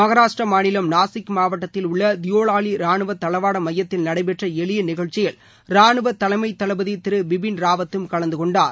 மகாராஷ்டிர மாநிலம் நாசிக் மாவட்டத்தில் உள்ள தியோவாலி ராணுவ தளவாட மையத்தில் நடைபெற்ற எளிய நிகழ்ச்சியில் ராணுவ தலைமை தளபதி திரு பிபின் ராவத்தும் கலந்துகொண்டார்